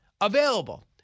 Available